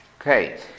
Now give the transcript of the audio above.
Okay